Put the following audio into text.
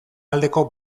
aldeko